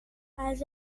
els